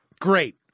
Great